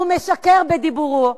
הוא משקר בדיבורו,